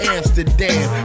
Amsterdam